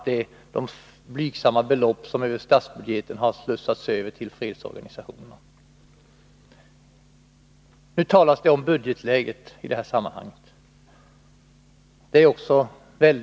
De blygsamma belopp som över statsbudgeten slussats över till fredsorganisationerna är närmast att beteckna som nålpengar eller fickpengar och knappt det. Nu talas om budgetläget.